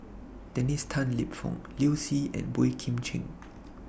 Dennis Tan Lip Fong Liu Si and Boey Kim Cheng